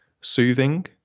soothing